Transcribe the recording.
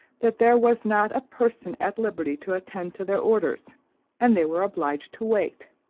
that there was not a person at liberty to tend to their orders and they were obliged to wait.